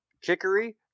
Chicory